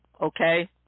okay